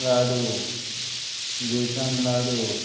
लाडू besan लाडू